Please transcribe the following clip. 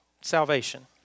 salvation